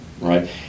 right